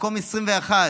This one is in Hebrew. מקום 21,